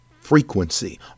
frequency